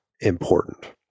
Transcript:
important